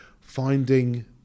finding